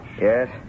Yes